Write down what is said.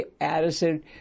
Addison